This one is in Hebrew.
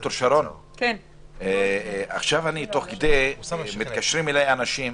ד"ר שרון, תוך כדי הדיון מתקשרים אליי אנשים